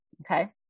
okay